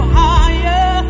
higher